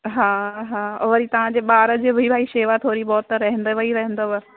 हा हा वरी तव्हांजे ॿार जे भाई शेवा थोरी बहुत त रहंदव ई रहंदव